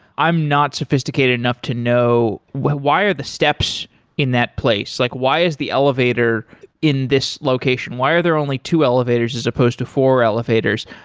i'm not sophisticated enough to know well why are the steps in that place? like why is the elevator in this location? why are there only two elevators as opposed to four elevators?